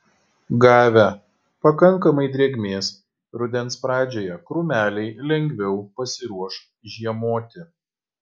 gavę pakankamai drėgmės rudens pradžioje krūmeliai lengviau pasiruoš žiemoti